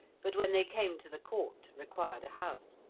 but when they came to the court required a house.